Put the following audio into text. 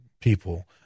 people